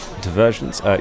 diversions